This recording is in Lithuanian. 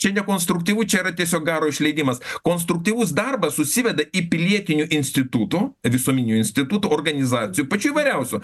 čia nekonstruktyvu čia yra tiesiog garo išleidimas konstruktyvus darbas susiveda į pilietinių institutų visuomeninių institutų organizacijų pačių įvairiausių